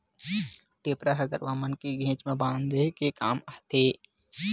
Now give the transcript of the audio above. टेपरा ह गरुवा मन के घेंच म बांधे के काम आथे